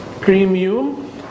premium